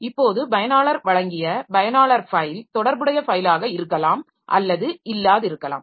இப்போது பயனாளர் வழங்கிய பயனாளர் ஃபைல் தொடர்புடைய ஃபைலாக இருக்கலாம் அல்லது இல்லாதிருக்கலாம்